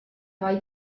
vall